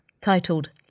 titled